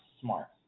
smart